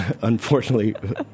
unfortunately